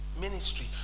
ministry